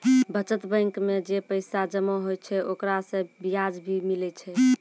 बचत बैंक मे जे पैसा जमा होय छै ओकरा से बियाज भी मिलै छै